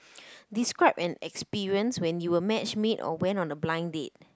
describe an experience when you were match made or went on a blind date